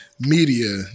media